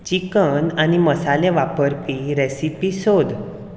chicken आनी मसाले वापरपी रॅसीपी सोद